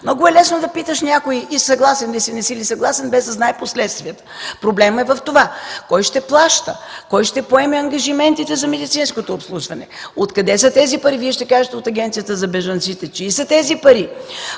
Много е лесно да питаш някой: „Съгласен ли си, не си ли съгласен?, без да знае последствията. Проблемът е в това кой ще плаща, кой ще поеме ангажиментите за медицинското обслужване? Откъде са тези пари? Вие ще кажете – от Агенцията за бежанците. Чии са тези пари?